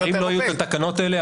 אם לא יהיו את התקנות האלה,